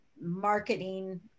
marketing